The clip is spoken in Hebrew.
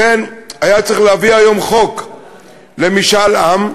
לכן היה צריך להביא היום חוק למשאל עם,